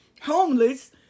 homeless